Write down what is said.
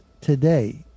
today